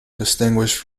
distinguished